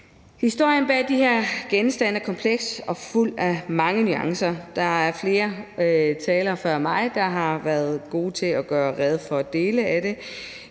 Historien bag de her genstande er kompleks og fuld af mange nuancer. Der var flere talere før mig, der har været gode til at gøre rede for dele af det,